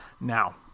Now